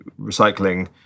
recycling